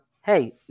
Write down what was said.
hey